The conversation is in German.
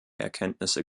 erkenntnisse